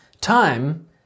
time